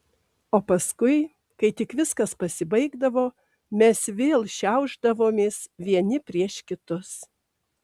o paskui kai tik viskas pasibaigdavo mes vėl šiaušdavomės vieni prieš kitus